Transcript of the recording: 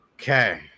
Okay